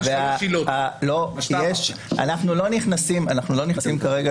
אנחנו לא נכנסים כרגע